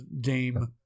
game